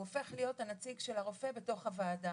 הוא הופך להיות הנציג של הרופא בתוך הוועדה.